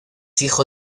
hijo